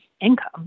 income